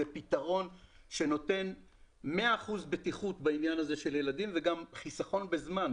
פתרון שנותן מאה אחוזי בטיחות בעניין הזה של הילדים וגם חסכון בזמן.